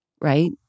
right